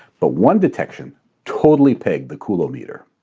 but one detection totally pegged the cool-o-meter.